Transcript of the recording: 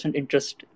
interest